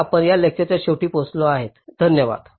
तर आपण या लेक्चरच्या शेवटी पोहोचलो आहोत